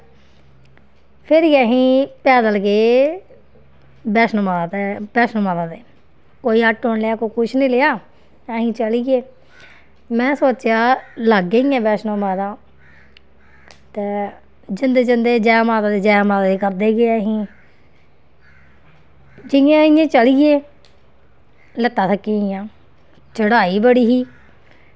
फिर असीं पैदल गे बैष्णो माता बैष्णो माता दे कोई ऐटो नी लेआ कोई कुछ निं लेआ असीं चली गे में सोचेआ लाग्गै गै ऐ बैष्णो माता ते जंदे जंदे जै माता दी जै माता दी करदे गे असीं जियां जियां चली गे लत्तां थक्की गेइयां चढ़ाई बड़ी ही